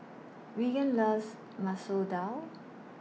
Reagan loves Masoor Dal